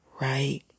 right